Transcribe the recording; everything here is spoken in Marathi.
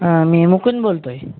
मी मुकुंद बोलतो आहे